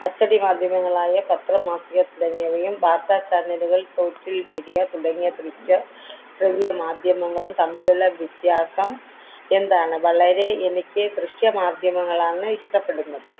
അച്ചടി മാധ്യമങ്ങളായ പത്ര മാസിക തുടങ്ങിയവയും വാർത്താ ചാനലുകൾ സോഷ്യൽ മീഡിയ തുടങ്ങിയ ദൃശ്യ ശ്രവ്യ മാധ്യമങ്ങളും തമ്മിലുള്ള വ്യത്യാസം എന്താണ് വളരെ എനിക്ക് ദൃശ്യമാധ്യമങ്ങളാണ് ഇഷ്ടപ്പെടുന്നത്